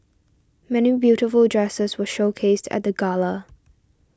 many beautiful dresses were showcased at the gala